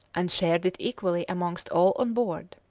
and shared it equally amongst all on board.